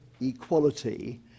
equality